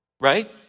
Right